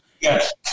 yes